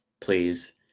please